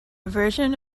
version